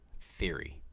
Theory